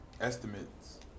estimates